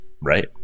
right